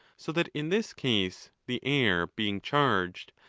so that in this case, the heir being charged,